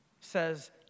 says